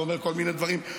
ואומר כל מיני דברים.